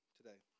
today